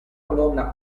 colonna